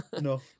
No